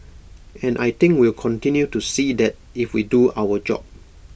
and I think we'll continue to see that if we do our job